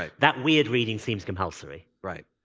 ah that weird reading seems compulsory. right.